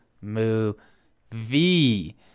movie